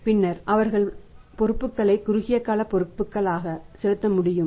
பின்னர் அவர்கள் பொறுப்புக்களை குறுகிய கால பொறுப்புகள் ஆக செலுத்த முடியும்